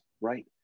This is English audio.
right